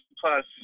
plus